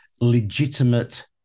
legitimate